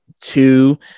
two